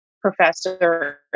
professor